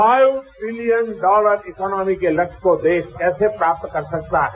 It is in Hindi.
फाई ट्रीलियन डॉलर इकॉनोमी के लक्ष्य को देश कैसे प्राप्त कर सकता है